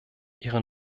ihrer